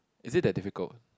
is it that difficult